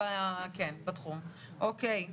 אוקיי.